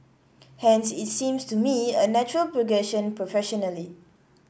hence it seems to me a natural progression professionally